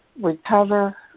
recover